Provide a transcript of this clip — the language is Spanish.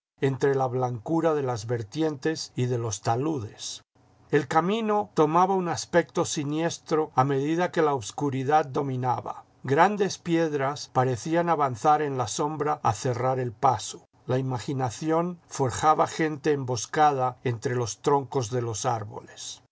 entre la blancura de las vertientes y de los taludes el camino tomaba un aspecto siniestro a medida que la obscuridad dominaba grandes piedras parecían avanzar en la sombra a cerrar el paso la imaginación forjaba gente emboscada entre los troncos de los árboles